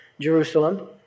Jerusalem